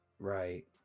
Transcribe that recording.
Right